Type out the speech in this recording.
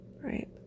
Right